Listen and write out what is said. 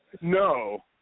No